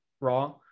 RAW